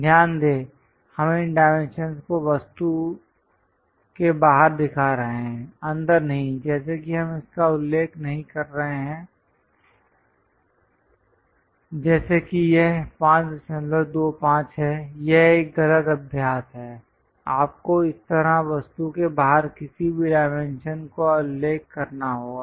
ध्यान दें हम इन डाइमेंशंस को वस्तु के बाहर दिखा रहे हैं अंदर नहीं जैसे कि हम इसका उल्लेख नहीं कर रहे हैं जैसे कि यह 525 है यह एक गलत अभ्यास है आपको इस तरह वस्तु के बाहर किसी भी डायमेंशन का उल्लेख करना होगा